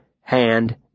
hand